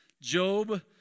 Job